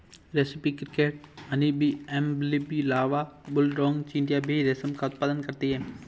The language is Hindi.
रेस्पी cricket, honeybee, bumblebee larva, bulldog चींटियां भी रेशम का उत्पादन करती हैं